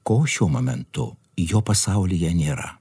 ko šiuo momentu jo pasaulyje nėra